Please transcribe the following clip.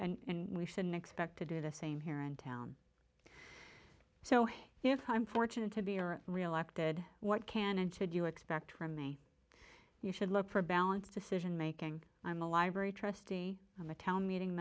and we shouldn't expect to do the same here in town so if i'm fortunate to be a real acted what can and should you expect from me you should look for a balance decision making on the library trustee on the town meeting